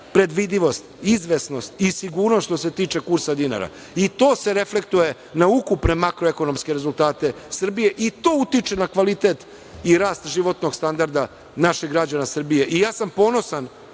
predvidivost, izvesnost i sigurnost što se tiče kursa dinara. To se reflektuje na ukupne makroekonomske rezultate Srbije i to utiče na kvalitet i rast životnog standarda naših građana Srbije. Ponosan